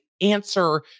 answer